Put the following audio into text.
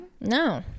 No